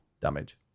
damage